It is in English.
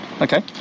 Okay